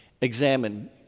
examine